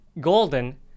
golden